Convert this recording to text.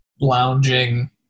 lounging